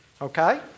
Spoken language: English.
Okay